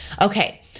okay